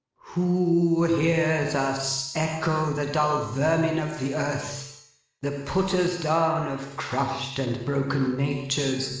who hears us echo the dull vermin of the earth the putters down of crushed and broken natures,